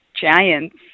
giants